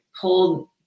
pulled